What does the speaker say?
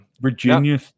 Virginia